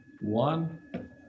one